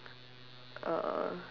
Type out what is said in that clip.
uh